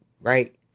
right